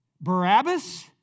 Barabbas